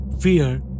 Fear